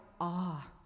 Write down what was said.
awe